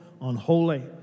unholy